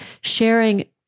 sharing